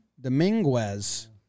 Dominguez